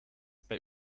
bei